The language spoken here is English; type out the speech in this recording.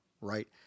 right